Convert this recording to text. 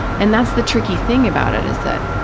and that's the tricky thing about it, is that,